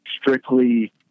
strictly